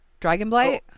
Dragonblight